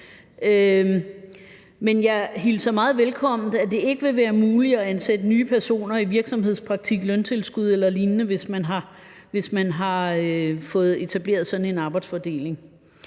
Men jeg hilser meget velkommen, at det ikke vil være muligt at ansætte nye personer i virksomhedspraktik, løntilskudsjob eller lignende, hvis man har fået etableret sådan en arbejdsfordeling.